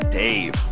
dave